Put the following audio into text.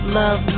love